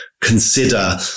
consider